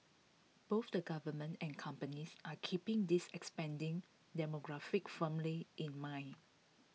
both the government and companies are keeping this expanding demographic firmly in mind